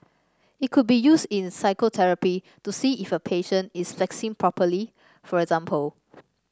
it could be used in physiotherapy to see if a patient is flexing properly for example